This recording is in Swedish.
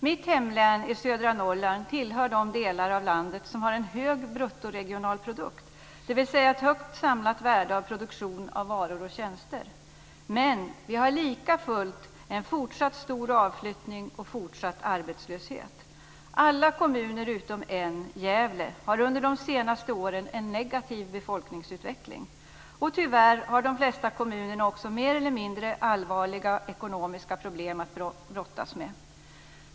Mitt hemlän i södra Norrland tillhör de delar av landet som har en hög bruttoregionalprodukt, dvs. ett högt samlat värde av produktionen av varor och tjänster. Men vi har likafullt en fortsatt stor avflyttning och fortsatt arbetslöshet. Alla kommuner utom en, Gävle, har under de senaste åren haft en negativ befolkningsutveckling. Och tyvärr har de flesta kommunerna också mer eller mindre allvarliga ekonomiska problem att brottas med.